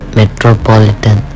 metropolitan